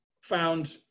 found